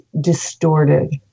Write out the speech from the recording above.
distorted